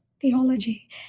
theology